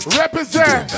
represent